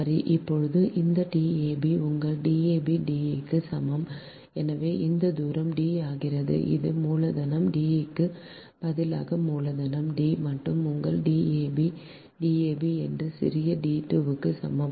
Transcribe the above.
சரி இப்போது இந்த dab உங்கள் dab D க்கு சமம் எனவே இந்த தூரம் D ஆகிறது அது மூலதனம் D க்கு பதிலாக மூலதனம் D மற்றும் உங்கள் dab dab என்பது சிறிய d2 க்கு சமம்